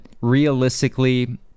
realistically